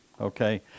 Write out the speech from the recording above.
Okay